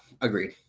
agreed